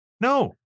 No